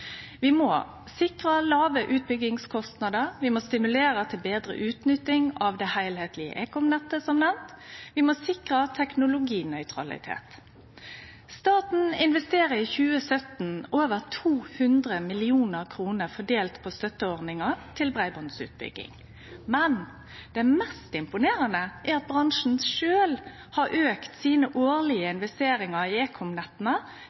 Vi må sikre låge utbyggingskostnader, vi må stimulere til betre utnytting av det heilskaplege ekomnettet, som nemnt, og vi må sikre teknologinøytralitet. Staten investerer i 2017 over 200 mill. kr fordelt på støtteordningar til breibandsutbygging, men det mest imponerande er at bransjen sjølv har auka sine årlege investeringar i ekomnetta